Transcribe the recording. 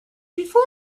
before